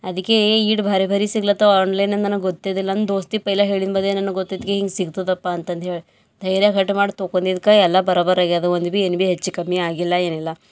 ಅದಕ್ಕೆಯೇ ಈಡ್ ಭಾರಿ ಭಾರಿ ಸಿಗ್ಲತ್ತವ ಆನ್ಲೈನನ್ನ ನನಗೆ ಗೊತ್ತಿದಿಲ್ಲ ನನ್ನ ದೋಸ್ತಿ ಪೆಯ್ಲೆ ಹೇಳಿನ್ನ ಬದೇ ನನಗೆ ಗೊತಿದ್ಕೆ ಹಿಂಗೆ ಸಿಗ್ತದಪ್ಪ ಅಂತಂದು ಹೇಳಿ ಧೈರ್ಯ ಘಟ್ ಮಾಡಿ ತೊಗೊಂದಿದ್ಕ ಎಲ್ಲ ಬರೊಬರೆಗ ಎದು ಒಂದು ಬಿ ಏನು ಬಿ ಹೆಚ್ಚು ಕಮ್ಮಿ ಆಗಿಲ್ಲ ಏನಿಲ್ಲ